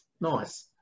Nice